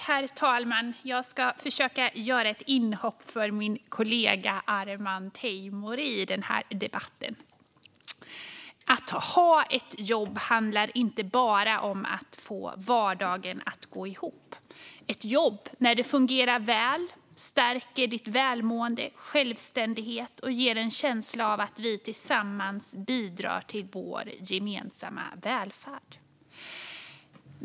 Herr talman! Jag ska försöka göra ett inhopp för min kollega Arman Teimouri i debatten. Att ha ett jobb handlar inte bara om att få vardagen att gå ihop. Ett jobb, när det fungerar väl, stärker ditt välmående och din självständighet och ger en känsla av att vi tillsammans bidrar till vår gemensamma välfärd.